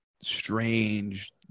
strange